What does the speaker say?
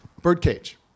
Birdcage